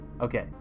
Okay